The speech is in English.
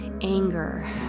anger